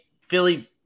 Philly